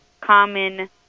common